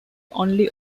only